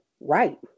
right